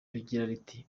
riti